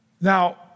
Now